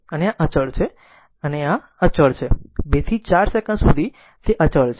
અને આ અચળ છે અને આ અચળ છે 2 થી 4 સેકંડ સુધી તે અચળ છે